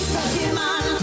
Pokemon